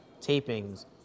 tapings